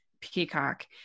Peacock